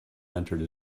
mentored